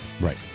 right